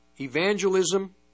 Evangelism